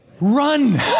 Run